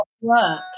work